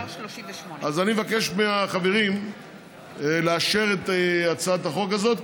אז אני מבקש מהחברים לאשר את הצעת החוק הזאת,